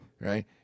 right